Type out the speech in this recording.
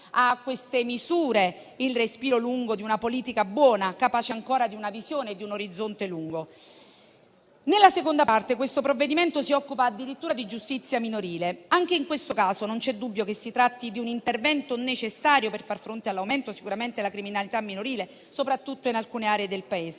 a queste misure il respiro lungo di una politica buona, capace ancora di una visione e di un orizzonte lungo. Nella seconda parte, questo provvedimento si occupa addirittura di giustizia minorile. Anche in questo caso, non c'è dubbio che si tratti di un intervento necessario per far fronte all'aumento della criminalità minorile, soprattutto in alcune aree del Paese.